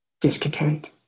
discontent